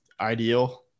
ideal